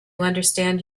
understand